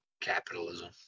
capitalism